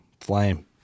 Flame